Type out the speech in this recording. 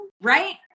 right